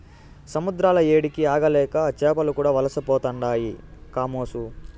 సముద్రాల ఏడికి ఆగలేక చేపలు కూడా వలసపోతుండాయి కామోసు